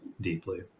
deeply